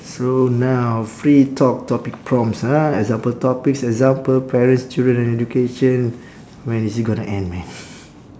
so now free talk topic prompts ah example topics example parents children and education when is it gonna end man